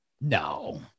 no